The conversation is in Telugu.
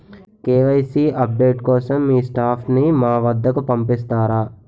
కే.వై.సీ అప్ డేట్ కోసం మీ స్టాఫ్ ని మా వద్దకు పంపిస్తారా?